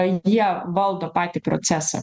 jie valdo patį procesą